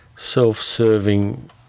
self-serving